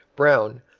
brown,